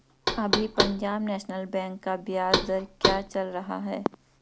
अभी Punjab national bank का ब्याज दर क्या चल रहा है?